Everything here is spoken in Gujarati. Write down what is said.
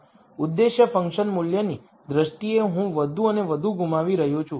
ઉદ્દેશ્ય ફંકશન મૂલ્યની દ્રષ્ટિએ હું વધુ અને વધુ ગુમાવી રહ્યો છું